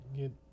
get